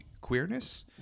queerness